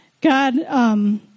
God